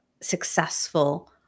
successful